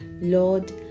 Lord